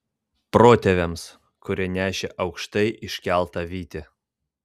protėviams kurie nešė aukštai iškeltą vytį